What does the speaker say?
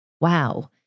Wow